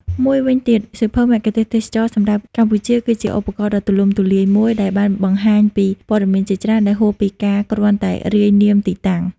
មួយវិញទៀតសៀវភៅមគ្គុទ្ទេសក៍ទេសចរណ៍សម្រាប់កម្ពុជាគឺជាឧបករណ៍ដ៏ទូលំទូលាយមួយ ដែលបានបង្ហាញពីព័ត៌មានជាច្រើនដែលហួសពីការគ្រាន់តែរាយនាមទីតាំង។